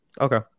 Okay